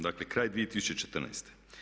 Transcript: Dakle, kraj 2014.